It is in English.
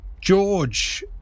George